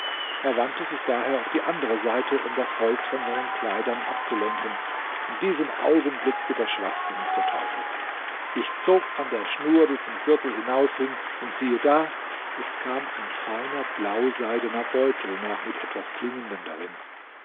er wandte sich daher auf die andere seite um das holz von seinen kleidern abzulenken in diesem augenblick überschwatzte mich der teufel ich zog an der schnur die zum gürtel hinaushing und siehe da es kam ein feiner blauseidener beutel nach mit etwas klingendem darin